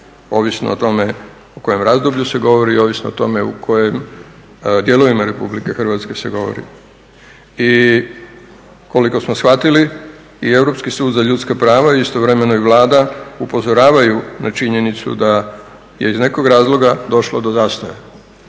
ovisno o tome o kojem razdoblju se govori, ovisno o tome o kojim dijelovima Republike Hrvatske se govori. I koliko smo shvatili i Europski sud za ljudska prava, istovremeno i Vlada upozoravaju na činjenicu da je iz nekog razloga došlo do zastoja